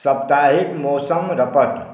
स्प्ताहिक मौसम रपट